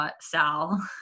Sal